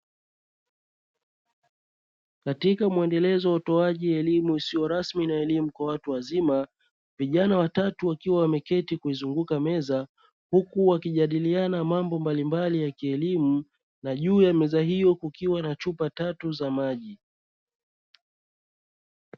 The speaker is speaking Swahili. Katika mwendelezo wa utoaji elimu isiyo rasmi na elimu ya watu wazima, vijana watatu wakiwa wameketi kuizunguka meza, huku wakijadiliana mambo mbalimbali ya kielimu na juu ya meza hiyo kukiwa na chupa tatu za maji.